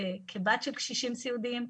כבת של קשישים סיעודיים.